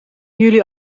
jullie